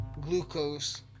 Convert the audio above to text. glucose